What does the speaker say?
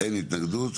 אין התנגדות.